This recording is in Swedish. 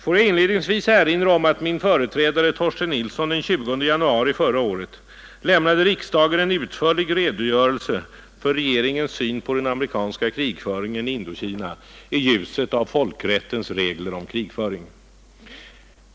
Låt mig inledningsvis erinra om att min företrädare, Torsten Nilsson, den 20 januari förra året lämnade riksdagen en utförlig redogörelse för regeringens syn på den amerikanska krigföringen i Indokina i ljuset av folkrättens regler om krigföring.